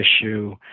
issue